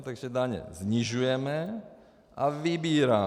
Takže daně snižujeme a vybíráme.